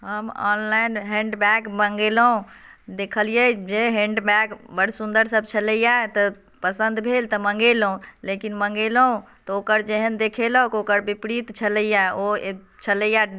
हम online handbag मँगेलहुँ देखलियै जे हैण्डबैग बड्ड सुन्दर सभ छलैए तऽ पसन्द भेल तऽ मँगेलहुँ लेकिन मँगेलहुँ तऽ ओकर जेहन देखेलक ओकर विपरीत छलैए ओ छलैए